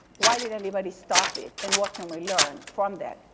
why didn't anybody stop it and what can we learn from that?